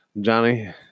Johnny